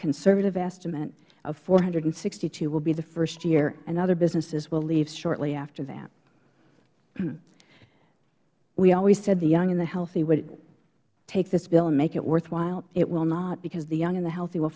conservative estimate of four hundred and sixty two will be the first year and other businesses will leave shortly after that we always said the young and the healthy would take this bill and make it worthwhile it will not because the young and the healthy will